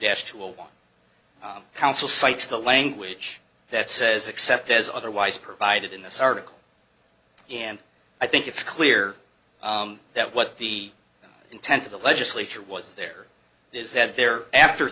deaths to a one council sites the language that says except as otherwise provided in this article and i think it's clear that what the intent of the legislature was there is that there after